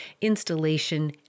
installation